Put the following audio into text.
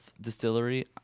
distillery